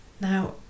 Now